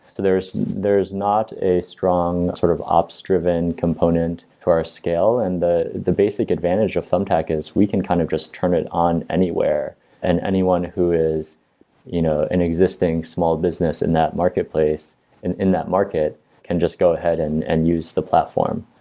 there is there is not a strong sort of ops-driven component to our scale and the the basic advantage of thumbtack is, we can kind of just turn it on anywhere and anyone who is you know an existing small business in that marketplace and in that market can just go ahead and and use the platform.